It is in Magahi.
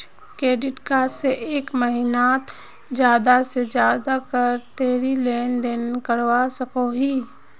क्रेडिट कार्ड से एक महीनात ज्यादा से ज्यादा कतेरी लेन देन करवा सकोहो ही?